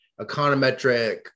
econometric